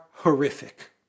Horrific